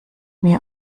mir